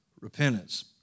repentance